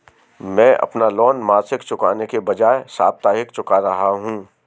मैं अपना लोन मासिक चुकाने के बजाए साप्ताहिक चुका रहा हूँ